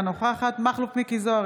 אינה נוכחת מכלוף מיקי זוהר,